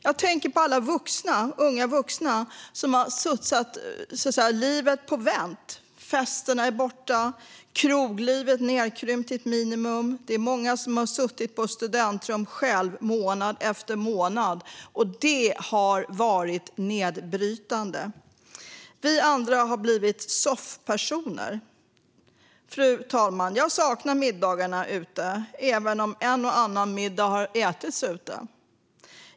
Jag tänker på alla unga vuxna som har satt livet på vänt. Festerna är borta och kroglivet nedkrympt till ett minimum. Många har suttit själva i ett studentrum månad efter månad, och det har varit nedbrytande. Vi andra har blivit soffpersoner. Fru talman! Jag saknar middagarna ute, även om en och annan middag har ätits ute.